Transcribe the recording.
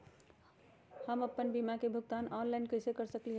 हम अपन बीमा के भुगतान ऑनलाइन कर सकली ह?